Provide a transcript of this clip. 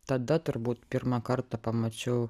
tada turbūt pirmą kartą pamačiau